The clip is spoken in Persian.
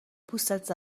پوستت